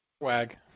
Wag